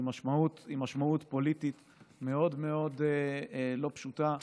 עם משמעות פוליטית מאוד מאוד לא פשוטה.